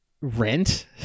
rent